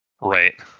right